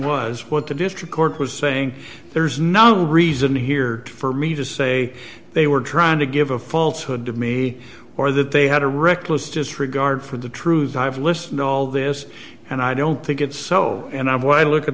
was what the district court was saying there's no reason here for me to say they were trying to give a false hood to me or that they had a reckless disregard for the truth i've listened to all this and i don't think it's so and i would look at